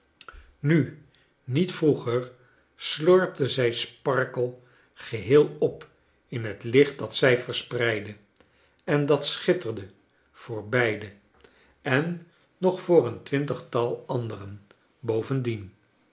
nu niet vroeger slorpte zij sparkler geheel op in het licht dat zij verspreidde en dat schitterde voor beiden en nog voor een twintigtal anderen bovendien